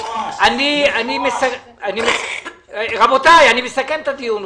אני מסכם את הדיון.